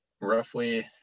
roughly